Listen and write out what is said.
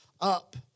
up